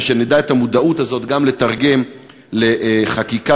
ושנדע גם לתרגם את המודעות הזאת לחקיקה